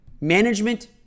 management